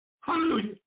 Hallelujah